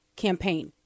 campaign